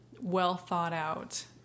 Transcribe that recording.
well-thought-out